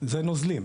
זה נוזלים.